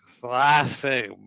classic